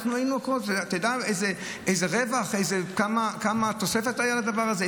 אתה יודע איזה רווחה, כמה תוספת הייתה לדבר הזה?